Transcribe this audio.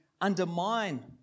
undermine